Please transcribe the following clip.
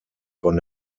von